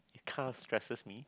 kinda stresses me